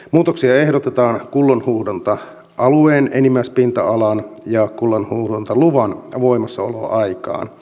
muutoksia ehdotetaan kullanhuuhdonta alueen enimmäispinta alaan ja kullanhuuhdontaluvan voimassaoloaikaa